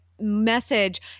message